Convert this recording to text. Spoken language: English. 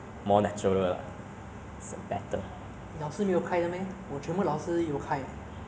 sub-module's uh teachers 才有开 ya core module 的 teacher 全部是 switch on the microphone but